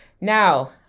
Now